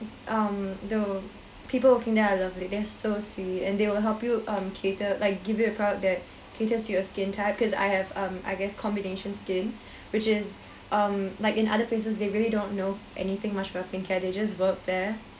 um the people working there are lovely they are so sweet and they will help you um cater like give you a product that caters to your skin type because I have um I guess combination skin which is um like in other places they really don't know anything much about skincare they just work there